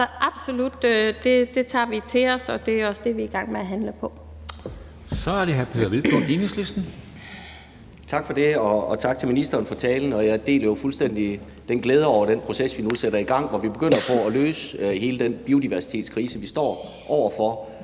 Så vi tager det absolut til os, og det er også det, vi er i gang med at handle på.